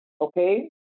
okay